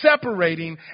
separating